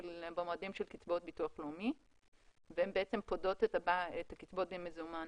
במועדים של קצבאות ביטוח לאומי והן בעצם פודות את הקצבאות במזומן.